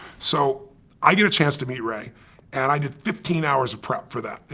so i get a chance to meet ray and i did fifteen hours of prep for that.